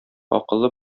акыллы